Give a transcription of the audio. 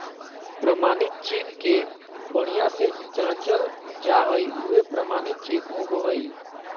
प्रमाणित चेक के बढ़िया से जाँचल जा हइ उहे प्रमाणित चेक होबो हइ